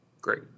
Great